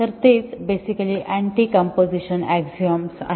तर तेच basically anti composition axiom आहेत